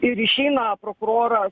ir išeina prokuroras